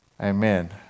Amen